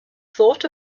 thought